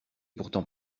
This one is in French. pourtant